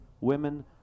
women